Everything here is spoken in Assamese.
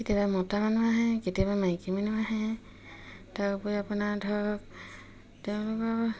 কেতিয়াবা মতা মানুহ আহে কেতিয়াবা মাইকী মানুহ আহে তাৰ উপৰি আপোনাৰ ধৰক তেওঁলোকৰ